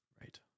Right